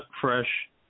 fresh